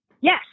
Yes